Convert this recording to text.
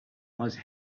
must